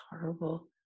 horrible